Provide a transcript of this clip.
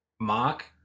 mark